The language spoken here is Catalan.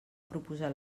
proposat